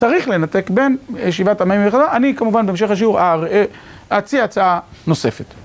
צריך לנתק בין שיבת המים וכו, אני כמובן בהמשך השיעור, אראה, אציע הצעה נוספת.